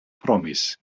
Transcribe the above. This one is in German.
promis